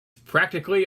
practically